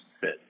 fit